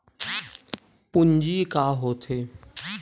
पूंजी का होथे?